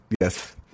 Yes